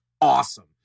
awesome